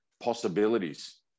possibilities